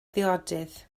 ddiodydd